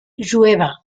jueva